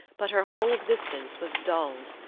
but her whole existence was dulled,